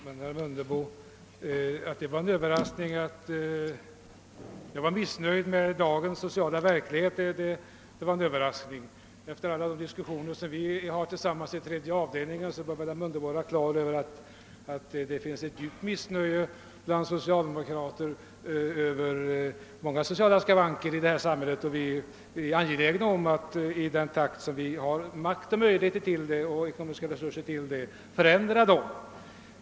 Herr talman! Att det var en överraskning för herr Mundebo att jag var missnöjd med dagens sociala verklighet förvånar mig. Efter alla de diskussioner vi haft i tredje avdelningen bör väl herr Mundebo vara på det klara med att det bland socialdemokraterna finns ett djupt missnöje med många sociala skavanker i samhället. Vi är för vår del angelägna om att vi i den utsträckning vi har makt och möjligheter och i den takt de ekonomiska resurserna det medger försöka avhjälpa dessa skavanker.